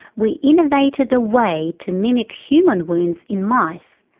we innovated a way to mimic human wounds in mice.